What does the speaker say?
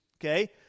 okay